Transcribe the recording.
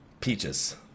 Peaches